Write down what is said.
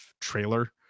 trailer